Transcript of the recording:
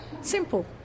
Simple